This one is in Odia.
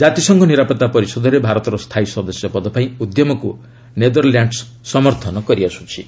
ଜାତିସଂଘ ନିରାପତ୍ତା ପରିଷଦରେ ଭାରତର ସ୍ଥାୟୀ ସଦସ୍ୟପଦ ପାଇଁ ଉଦ୍ୟମକୁ ନେଦରଲ୍ୟାଣ୍ଡସ ସମର୍ଥନ କରିଆସ୍କ୍ଥି